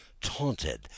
taunted